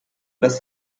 das